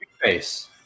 Face